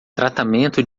tratamento